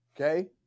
okay